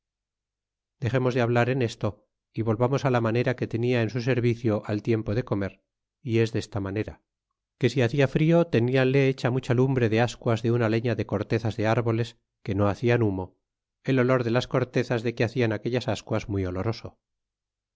dexemos de hablar en esto y volvamos á la manera que tenia en su servicio al tiempo de comer y es desta manera que si hacia frio teniánle hecha mucha lumbre de ascuas de una leña de cortezas de árboles que no hacian humo el olor de las cortezas de que hacian aquellas ascuas muy oloroso